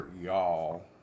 y'all